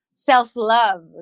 Self-love